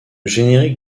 générique